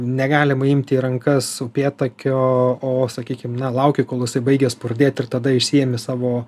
negalima imti į rankas upėtakio o sakykim na lauki kol jisai baigia spurdėt ir tada išsiimi savo